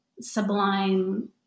sublime